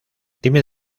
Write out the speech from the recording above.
dime